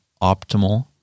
optimal